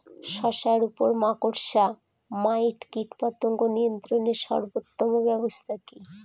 শশার উপর মাকড়সা মাইট কীটপতঙ্গ নিয়ন্ত্রণের সর্বোত্তম ব্যবস্থা কি?